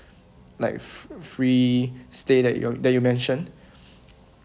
like free stay that you that you mention